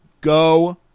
Go